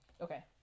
Okay